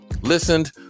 listened